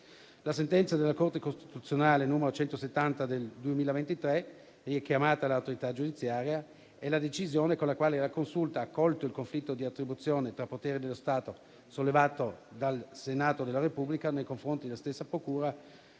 La sentenza della Corte costituzionale n. 170 del 2023, richiamata dall'autorità giudiziaria, è la decisione con la quale la Consulta ha accolto il conflitto di attribuzione tra poteri dello Stato sollevato dal Senato della Repubblica nei confronti della stessa procura